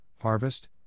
harvest